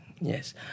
yes